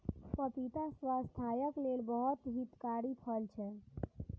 पपीता स्वास्थ्यक लेल बहुत हितकारी फल छै